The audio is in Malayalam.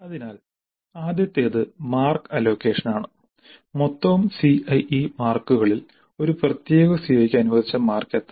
അതിനാൽ ആദ്യത്തേത് മാർക്ക് അലോക്കേഷൻ ആണ് മൊത്തം സിഐഇ മാർക്കുകളിൽ ഒരു പ്രത്യേക സിഒക്ക് അനുവദിച്ച മാർക്ക് എത്ര